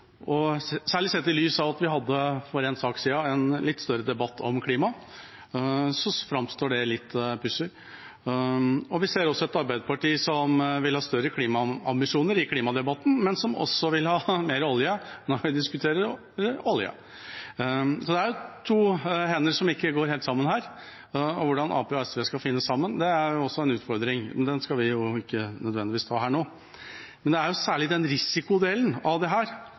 lys av at vi for én sak siden hadde en litt større debatt om klima, framstår det litt pussig. Vi ser også et Arbeiderparti som vil ha større klimaambisjoner i klimadebatten, men som vil ha mer olje når vi diskuterer olje. Det er to hender som ikke går helt sammen her. Hvordan Arbeiderpartiet og SV skal finne sammen, er også en utfordring, men den skal vi ikke nødvendigvis ta her nå. Det er særlig risikodelen av